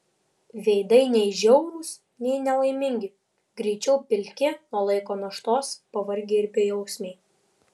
veidai nei žiaurūs nei nelaimingi greičiau pilki nuo laiko naštos pavargę ir bejausmiai